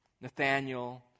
Nathaniel